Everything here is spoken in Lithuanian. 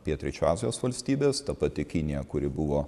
pietryčių azijos valstybės ta pati kinija kuri buvo